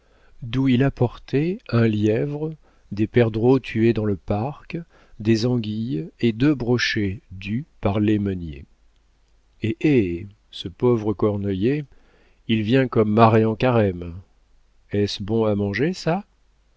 d'où il apportait un lièvre des perdreaux tués dans le parc des anguilles et deux brochets dus par les meuniers eh eh ce pauvre cornoiller il vient comme marée en carême est-ce bon à manger ça